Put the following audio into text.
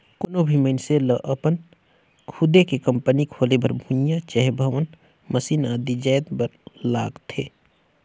कोनो भी मइनसे लअपन खुदे के कंपनी खोले बर भुंइयां चहे भवन, मसीन आदि जाएत बर लागथे